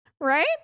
right